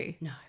No